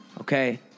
Okay